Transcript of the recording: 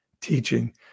teaching